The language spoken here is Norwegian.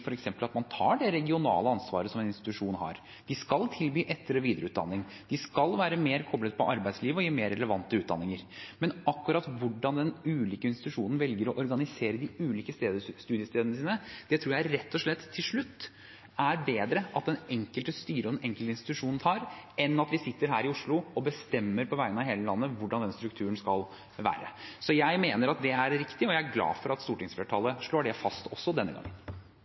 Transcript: at man tar det regionale ansvaret som en institusjon har. Vi skal tilby etter- og videreutdanning, vi skal være mer koblet på arbeidslivet og gi mer relevante utdanninger. Men akkurat hvordan den ulike institusjonen velger å organisere de ulike studiestedene sine, det tror jeg rett og slett til slutt er bedre at det enkelte styret og den enkelte institusjon tar, enn at vi sitter her i Oslo og bestemmer på vegne av hele landet hvordan den strukturen skal være. Så jeg mener at dette er riktig, og jeg er glad for at stortingsflertallet slår det fast også denne gangen.